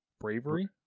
Bravery